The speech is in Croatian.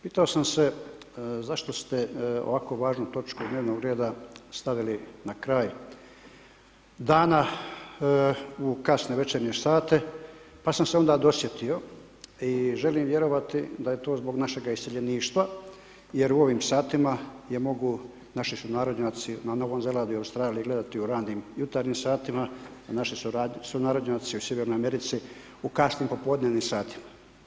Pitao sam se zašto ste ovako važnu točku dnevnog reda stavili na kraj dana u kasne večernje sate pa sam se onda dosjetio i želim vjerovati da je to zbog našega iseljeništva jer u ovim satima je mogu naši sunarodnjaci na Novom Zelandu i Australiji gledati u ranim jutarnjim satima a naši sunarodnjaci u Sjevernoj Americi u kasnim popodnevnim satima.